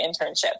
internship